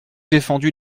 défendu